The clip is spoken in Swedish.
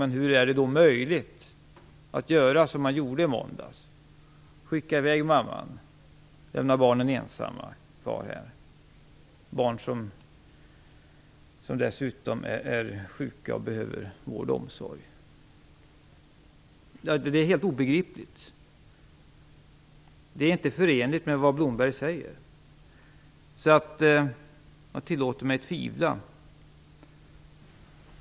Men hur är det då möjligt att göra som man gjorde i måndags - att skicka i väg en mamma och låta barnen bli kvarlämnade ensamma här, barn som dessutom är sjuka och behöver vård och omsorg? Det är helt obegripligt. Det är inte förenligt med vad Leif Blomberg säger. Jag tillåter mig att tvivla.